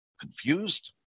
Confused